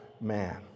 man